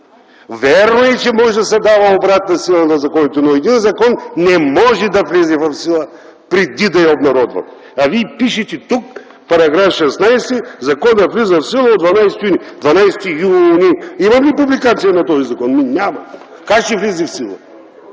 Вярно е, че може да се дава обратна сила на законите, но един закон не може да влезе в сила, преди да е обнародван. Вие пишете тук „§ 16. Законът влиза в сила от 12 юни 2010 г.”. Има ли публикация на този закон? Няма! Как ще влезе в сила?